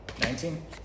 Nineteen